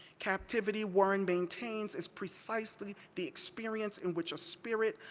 captivity, warren maintains, is precisely the experience in which a spirit,